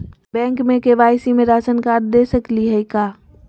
Bank में KYC में ration card दे सकली हई का?